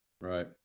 Right